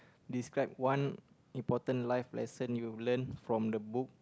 describe one important life lesson you learn from the book